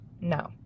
No